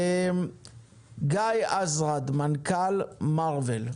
גיא אזרד מנכ"ל מארוול,